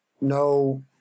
no